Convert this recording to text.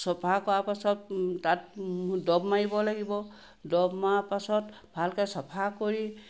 চফা কৰা পাছত তাত দব মাৰিব লাগিব দব মাৰা পাছত ভালকৈ চফা কৰি